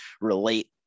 relate